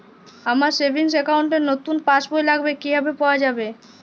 আমার savings account র নতুন পাসবই লাগবে, কিভাবে পাওয়া যাবে?